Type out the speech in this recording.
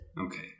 Okay